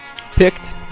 picked